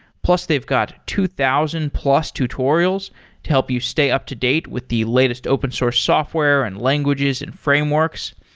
plus they've got two thousand plus tutorials to help you stay up-to-date with the latest open source software and languages and frameworks.